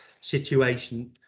situation